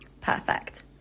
Perfect